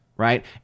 Right